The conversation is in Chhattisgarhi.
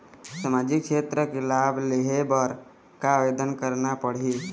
सामाजिक क्षेत्र के लाभ लेहे बर का आवेदन करना पड़ही?